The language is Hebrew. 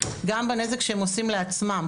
גם בנזק שהם עושים לעצמם.